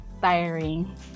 tiring